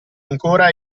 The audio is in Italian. ancora